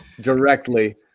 directly